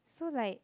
so like